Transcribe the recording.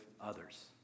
others